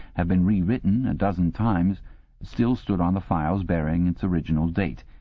have been rewritten a dozen times still stood on the files bearing its original date,